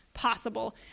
possible